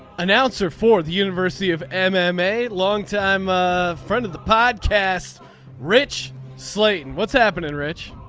announcer for the university of m m. a longtime friend of the podcast rich slayton what's happenin rich.